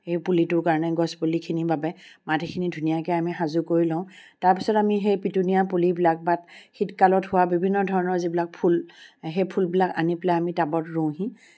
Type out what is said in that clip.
সেই পুলিটোৰ কাৰণে গছ পুলিখিনিৰ বাবে মাটিখিনি ধুনীয়াকৈ আমি সাজু কৰি লওঁ তাৰপিছত আমি পিটুনীয়া পুলিবিলাক বা শীত কালত হোৱা বিভিন্ন ধৰণৰ ফুল সেই ফুলবিলাক আনি পেলাই আমি টাবত ৰুওঁহি